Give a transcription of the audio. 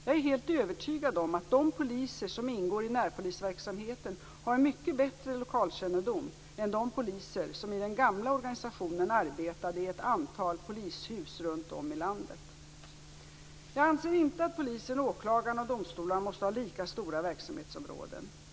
Jag är helt övertygad om att de poliser som ingår i närpolisverksamheten har mycket bättre lokalkännedom än de poliser som i den gamla organisationen arbetade i ett antal polishus runt om i landet. Jag anser inte att polisen, åklagarna och domstolarna måste ha lika stora verksamhetsområden.